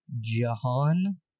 Jahan